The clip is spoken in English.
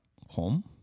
home